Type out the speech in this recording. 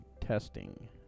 testing